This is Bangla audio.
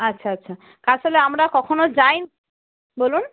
আচ্ছা আচ্ছা আসলে আমরা কখনও যাইনি বলুন